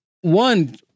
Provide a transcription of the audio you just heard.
one